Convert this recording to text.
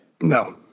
No